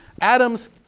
Adams